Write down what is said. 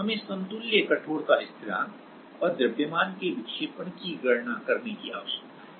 हमें समतुल्य कठोरता स्थिरांक और द्रव्यमान के विक्षेपण की गणना करने की आवश्यकता है